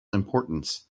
importance